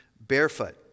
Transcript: barefoot